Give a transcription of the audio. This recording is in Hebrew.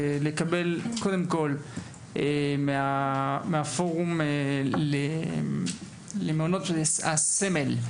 אני רוצה לקבל קודם כל מהפורום למעונות הסמל,